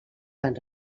van